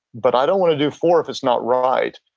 but i don't want to do four if it's not right.